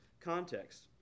context